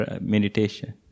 meditation